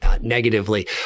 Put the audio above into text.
negatively